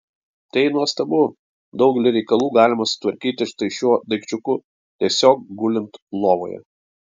tai nuostabu daugelį reikalų galima sutvarkyti štai šiuo daikčiuku tiesiog gulint lovoje